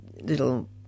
little